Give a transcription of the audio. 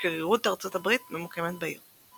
שגרירות ארצות הברית ממוקמת בעיר.